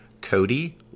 Cody